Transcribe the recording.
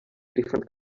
different